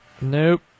Nope